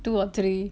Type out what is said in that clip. two or three